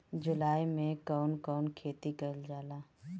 जुलाई मे कउन कउन खेती कईल जाला?